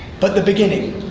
but the beginning.